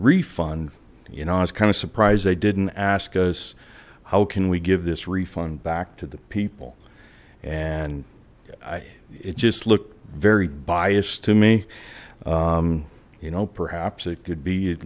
refund you know i was kind of surprised they didn't ask us how can we give this refund back to the people and i it just looked very biased to me you know perhaps it could be